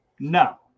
No